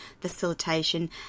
facilitation